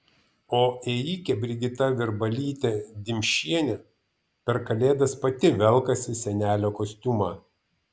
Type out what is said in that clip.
o ėjikė brigita virbalytė dimšienė per kalėdas pati velkasi senelio kostiumą